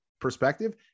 perspective